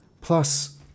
Plus